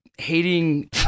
hating